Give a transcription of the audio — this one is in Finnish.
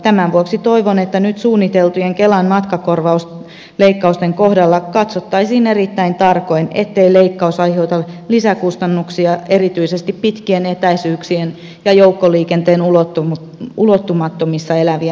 tämän vuoksi toivon että nyt suunniteltujen kelan matkakorvausleikkausten kohdalla katsottaisiin erittäin tarkoin ettei leikkaus aiheuta lisäkustannuksia erityisesti pitkien etäisyyksien päässä ja joukkoliikenteen ulottumattomissa elävien osalle